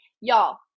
y'all